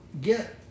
get